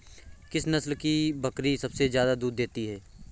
किस नस्ल की बकरी सबसे ज्यादा दूध देती है?